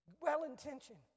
well-intentioned